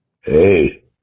Hey